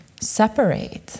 separate